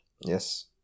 Yes